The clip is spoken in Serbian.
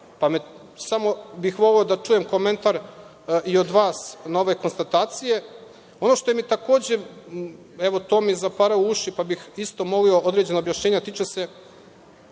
Samo bih voleo da čujem komentar i od vas na ove konstatacije. Ono što mi je takođe zaparalo uši, pa bih isto molio određeno objašnjenje, tiče se